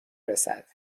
رسد